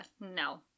no